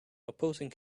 opposing